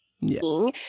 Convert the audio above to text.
yes